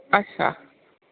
अच्छा